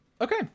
okay